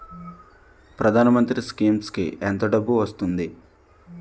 ప్రధాన మంత్రి స్కీమ్స్ కీ ఎంత డబ్బు వస్తుంది?